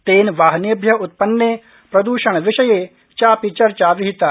तेन वाहनेभ्य उत्पन्ने प्रद्रषणविषये चापि चर्चा विहिता